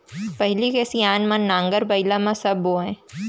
पहिली के सियान मन नांगर बइला म सब बोवयँ